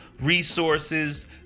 resources